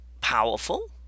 powerful